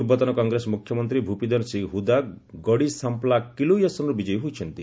ପୂର୍ବତନ କଂଗ୍ରେସ ମ୍ରଖ୍ୟମନ୍ତ୍ରୀ ଭ୍ପିନ୍ଦର ସିଂହ ହ୍ରଦା ଗଡ଼ି ସାମ୍ପ୍ଲା କିଲୋଇ ଆସନର୍ ବିଜୟୀ ହୋଇଛନ୍ତି